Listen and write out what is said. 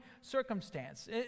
circumstance